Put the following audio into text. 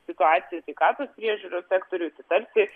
situaciją sveikatos priežiūros sektoriuje tai tarsi